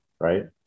Right